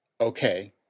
okay